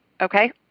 Okay